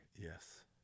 Yes